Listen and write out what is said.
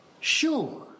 sure